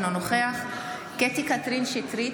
אינו נוכח קטי קטרין שטרית,